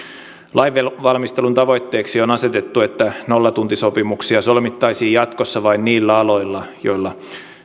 lainvalmistelun tavoitteeksi on asetettu että nollatuntisopimuksia solmittaisiin jatkossa vain niillä aloilla joilla